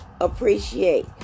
appreciate